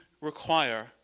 require